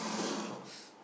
Book House